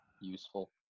useful